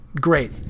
Great